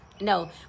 no